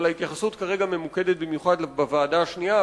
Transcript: אבל ההתייחסות כרגע ממוקדת במיוחד בוועדה השנייה,